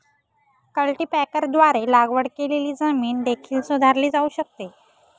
कल्टीपॅकरद्वारे लागवड केलेली जमीन देखील सुधारली जाऊ शकते